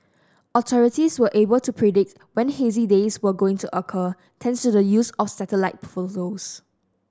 authorities were able to predict when hazy days were going to occur thanks to the use of satellite photos